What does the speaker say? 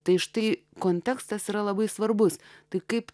tai štai kontekstas yra labai svarbus tai kaip